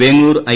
Vengoor I